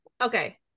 Okay